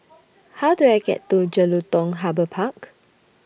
How Do I get to Jelutung Harbour Park